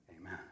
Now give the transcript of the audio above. Amen